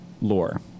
lore